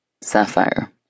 Sapphire